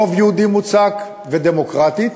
רוב יהודי מוצק, ודמוקרטית.